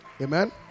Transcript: Amen